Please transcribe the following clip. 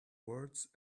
words